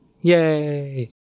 Yay